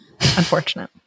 unfortunate